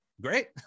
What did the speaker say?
great